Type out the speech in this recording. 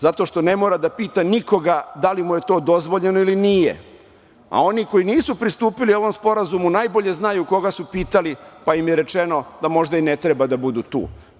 Zato što ne mora da pita nikoga da li mu je to dozvoljeno ili nije, a oni koji nisu pristupili ovom sporazumu najbolje znaju koga su pitali, pa im je rečeno da možda i ne treba da budu tu.